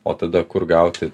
o tada kur gauti